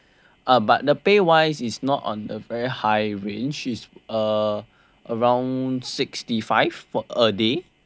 uh but the pay wise is not on a very high range is uh around sixty five for a day